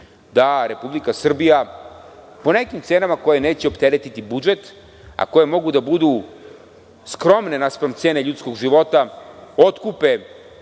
da Republika Srbija po nekim cenama koje neće opteretiti budžet, a koje mogu da budu skromne naspram cena ljudskog života otkupe